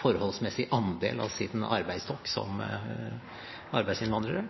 forholdsmessig andel av sin arbeidsstokk som er arbeidsinnvandrere.